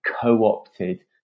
co-opted